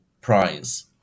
prize